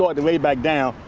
and way back down,